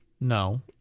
No